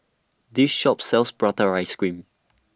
This Shop sells Prata Ice Cream